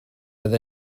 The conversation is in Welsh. oedd